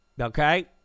Okay